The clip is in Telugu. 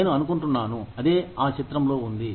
నేను అనుకుంటున్నాను అదే ఆ చిత్రంలో ఉంది